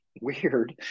Weird